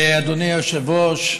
אדוני היושב-ראש,